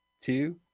two